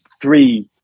three